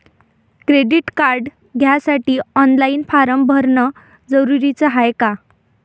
Credit card घ्यासाठी online form भरन जरुरीच हाय का?